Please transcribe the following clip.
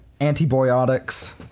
antibiotics